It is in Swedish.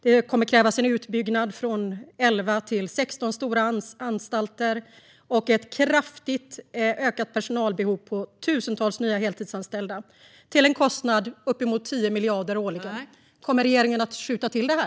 Det kommer att krävas en utbyggnad från 11 till 16 stora anstalter, och personalbehovet kommer att öka kraftigt med tusentals nya heltidsanställda till en kostnad på uppemot 10 miljarder årligen. Kommer regeringen att skjuta till det här?